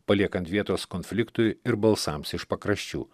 paliekant vietos konfliktui ir balsams iš pakraščių